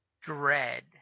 Dread